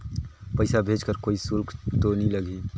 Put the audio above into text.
पइसा भेज कर कोई शुल्क तो नी लगही?